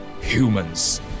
humans